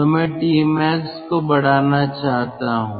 तो मैं Tmax को बढ़ाना चाहता हूं